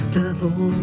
devil